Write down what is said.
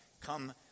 Come